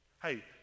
Hey